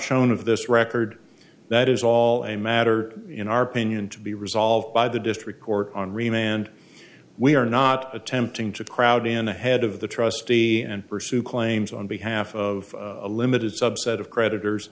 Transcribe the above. shown of this record that is all a matter in our pinion to be resolved by the district court on remain and we are not attempting to crowd in ahead of the trustee and pursue claims on behalf of a limited subset of creditors